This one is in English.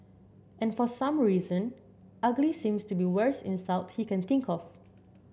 and for some reason ugly seems to be worst insult he can think of